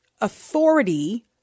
authority